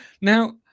Now